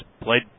played